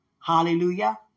Hallelujah